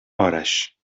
آرش